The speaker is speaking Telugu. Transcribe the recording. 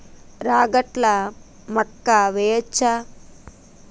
రాగట్ల మక్కా వెయ్యచ్చా?